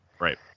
right